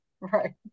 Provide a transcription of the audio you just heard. Right